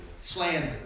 Slander